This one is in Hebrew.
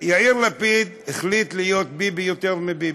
יאיר לפיד החליט להיות ביבי יותר מביבי.